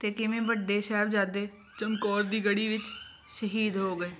ਅਤੇ ਕਿਵੇਂ ਵੱਡੇ ਸਾਹਿਬਜ਼ਾਦੇ ਚਮਕੌਰ ਦੀ ਗੜੀ ਵਿੱਚ ਸ਼ਹੀਦ ਹੋ ਗਏ